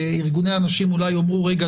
ארגוני הנשים אולי יאמרו: רגע,